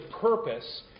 purpose